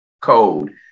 code